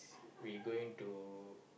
we going to